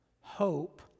hope